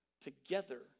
together